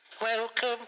welcome